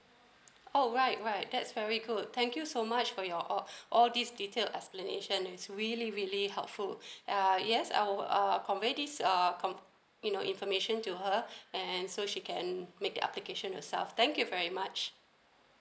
alright right that's very good thank you so much for your al~ all these detailed explanation is really really helpful err yes oh err convey this uh convey this you know information to her and so she can make the application herself thank you very much